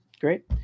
Great